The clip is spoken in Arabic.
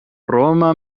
روما